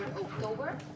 October